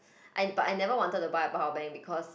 I but I never wanted to buy a power bank because